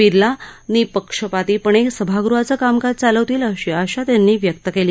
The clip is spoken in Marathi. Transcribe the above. बिर्ला निपक्षःपातीपणे सभागृहाचं कामकाज चालवतील अशी आशा त्यांनी व्यक्त केली